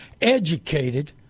educated